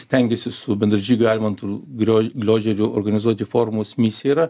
stengiasi su bendražygiu almantu glio gliožeriu organizuoti forumos misija yra